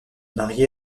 marié